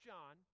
John